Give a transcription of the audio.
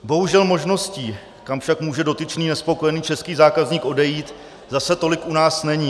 Bohužel možností, kam však může dotyčný nespokojený český zákazník odejít, zase tolik u nás není.